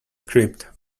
script